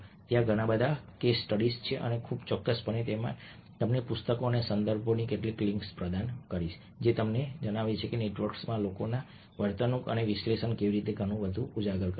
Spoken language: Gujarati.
ત્યાં ઘણા બધા કેસ સ્ટડીઝ છે અને હું ચોક્કસપણે તમને પુસ્તકો અને સંદર્ભોની કેટલીક લિંક્સ પ્રદાન કરીશ જે તમને જણાવે છે કે નેટવર્ક્સમાં લોકોની વર્તણૂકનું આ વિશ્લેષણ કેવી રીતે ઘણું બધું ઉજાગર કરે છે